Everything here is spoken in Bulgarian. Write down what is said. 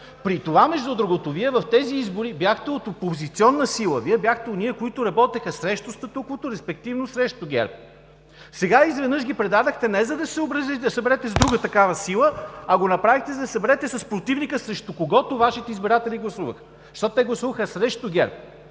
При това Вие в тези избори бяхте от опозиционна сила, Вие бяхте онези, които работиха срещу статуквото, респективно срещу ГЕРБ. Сега изведнъж ги предадохте, не за да се съберете с друга такава сила, а го направихте за да се съберете с противника си, срещу когото Вашите избиратели гласуваха. Защото те гласуваха срещу ГЕРБ,